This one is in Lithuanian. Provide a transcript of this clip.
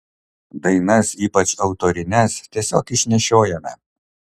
dainas ypač autorines tiesiog išnešiojame